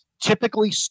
typically